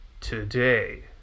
today